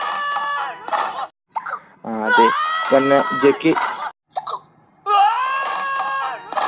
आं ते कन्नै जेह्की